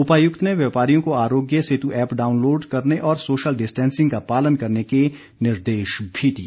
उपायुक्त ने व्यापारियों को आरोग्य सेतु ऐप्प डाउनलोड करने और सोशल डिस्टेंसिंग का पालन करने के निर्देश भी दिए